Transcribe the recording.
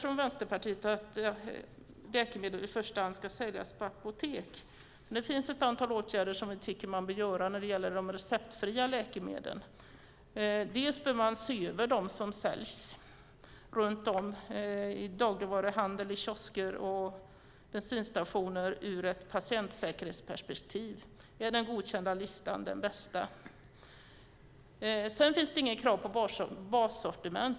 Vi i Vänsterpartiet anser att läkemedel i första hand ska säljas på apotek. Det finns ett antal åtgärder som vi tycker bör vidtas för de receptfria läkemedlen. Bland annat behöver det ske en översyn av de läkemedel som säljs i dagligvaruhandel, kiosker och bensinstationer ur ett patientsäkerhetsperspektiv. Är den godkända listan den bästa listan? Sedan finns inget krav på bassortiment.